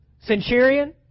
centurion